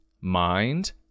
Mind